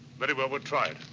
very well. we'll try it.